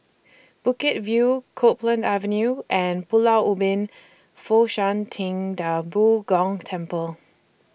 Bukit View Copeland Avenue and Pulau Ubin Fo Shan Ting DA Bo Gong Temple